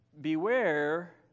beware